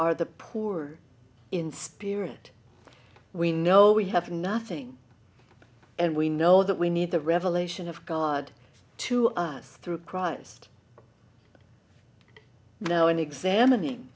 are the poor in spirit we know we have nothing and we know that we need the revelation of god to us through christ now in examining